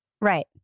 Right